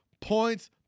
points